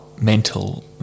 mental